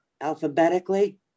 alphabetically